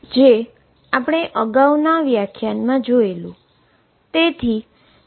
જે આપણે અગાઉ ના વ્યાખ્યાન મા જોયેલુ